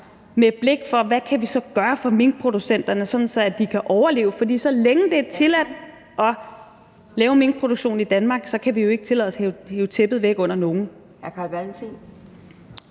med blik for, hvad vi så kan gøre for minkproducenterne, sådan at de kan overleve. For så længe det er tilladt at have minkproduktion i Danmark, kan vi jo ikke tillade os at hive tæppet væk under nogen.